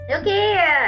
Okay